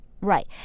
Right